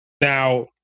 Now